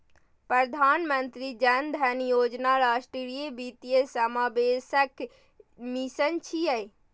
प्रधानमंत्री जन धन योजना राष्ट्रीय वित्तीय समावेशनक मिशन छियै